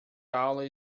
aula